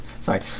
Sorry